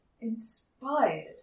inspired